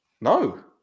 No